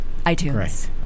iTunes